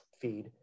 feed